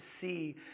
see